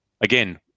again